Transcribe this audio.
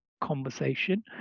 conversation